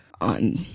on